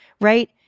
right